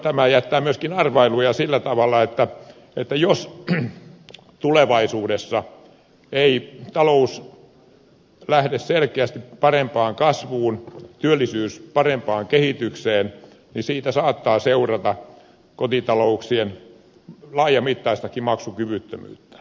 tämä jättää kuitenkin arvailuja sillä tavalla että jos tulevaisuudessa ei talous lähde selkeästi parempaan kasvuun työllisyys parempaan kehitykseen niin siitä saattaa seurata kotitalouksien laajamittaistakin maksukyvyttömyyttä